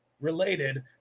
related